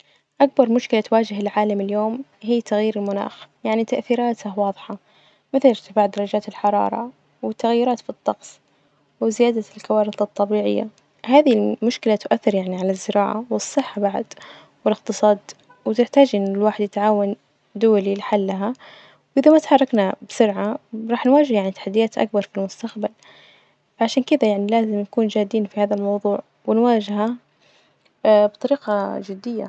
أكبر مشكلة تواجه العالم اليوم هي تغيير المناخ، يعني تأثيراته واضحة، متى إرتفاع درجات الحرارة? والتغييرات في الطقس، وزيادة الكوارث الطبيعية، هذي المشكلة تؤثر يعني على الزراعة والصحة بعد والإقتصاد وتحتاج إنه الواحد يتعاون دولي لحلها، وإذا ما تحركنا بسرعة راح نواجه يعني تحديات أكبر في المستقبل، فعشان كذا يعني لازم نكون جادين في هذا الموظوع ونواجهه بطريقة جدية.